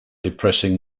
depressing